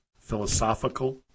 philosophical